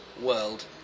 World